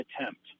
attempt